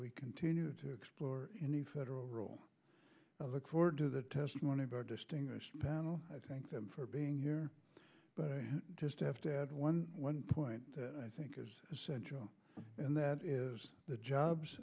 we continue to explore any federal role look forward to the testimony of our distinguished panel i thank them for being here but i just have to add one one point that i think is essential and that is that jobs